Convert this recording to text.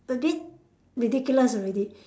a bit ridiculous already